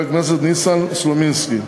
חבר הכנסת ניסן סלומינסקי,